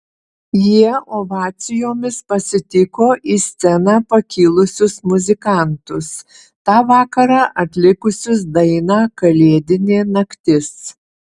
jie ovacijomis pasitiko į sceną pakilusius muzikantus tą vakarą atlikusius dainą kalėdinė naktis